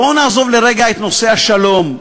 בואו נעזוב לרגע את נושא השלום,